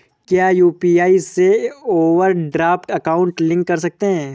क्या यू.पी.आई से overdraft account link कर सकते हैं?